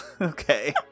okay